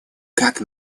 как